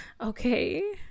Okay